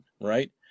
right